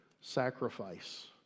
sacrifice